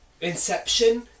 Inception